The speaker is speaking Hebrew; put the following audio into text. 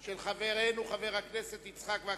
של חברנו חבר הכנסת יצחק וקנין,